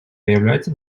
виявляється